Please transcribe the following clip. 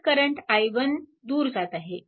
एक current i1 दूर जात आहे